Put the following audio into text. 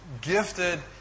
gifted